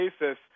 basis